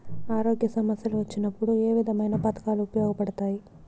ఆరోగ్య సమస్యలు వచ్చినప్పుడు ఏ విధమైన పథకాలు ఉపయోగపడతాయి